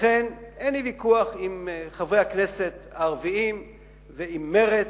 לכן, אין לי ויכוח עם חברי הכנסת הערבים ועם מרצ,